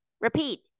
repeat